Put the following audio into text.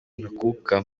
ntakuka